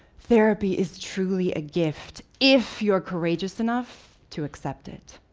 therapy is truly a gift if you are courageous enough to accept it.